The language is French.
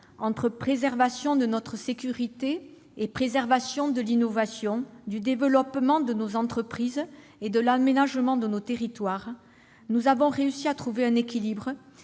entre préservation de notre sécurité et préservation de l'innovation, du développement de nos entreprises et de l'aménagement de nos territoires, nous avons réussi à trouver un équilibre.